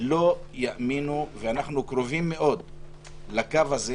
לא יאמינו ואנחנו קרובים מאוד לקו הזה